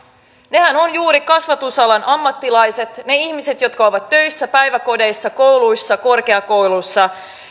nehän ovat juuri kasvatusalan ammattilaiset ne ihmiset jotka ovat töissä päiväkodeissa kouluissa korkeakouluissa